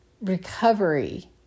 recovery